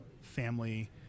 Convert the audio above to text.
family